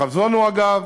החזון הוא, אגב,